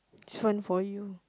this one for you